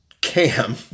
Cam